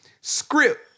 script